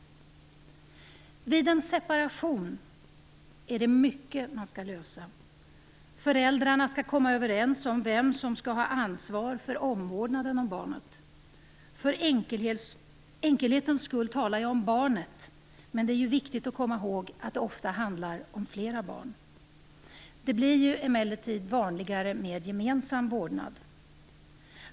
Vid en separation är det mycket man skall lösa. Föräldrarna skall komma överens om vem som skall ha ansvar för omvårdnaden av barnet. För enkelhetens skull talar jag om barnet, men det är ju viktigt att komma ihåg att det ofta handlar om flera barn. Det blir emellertid allt vanligare med gemensam vårdnad.